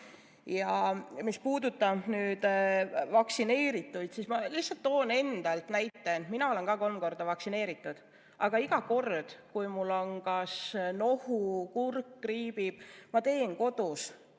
Ja mis puudutab vaktsineerituid, siis ma lihtsalt toon enda kohta näite. Mina olen kolm korda vaktsineeritud, aga iga kord, kui mul on kas nohu või kurk kriibib, teen ma kodus